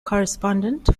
correspondent